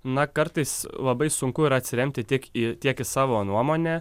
na kartais labai sunku ir atsiremti tik į tiek į savo nuomonę